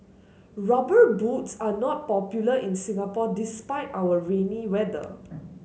rubber boots are not popular in Singapore despite our rainy weather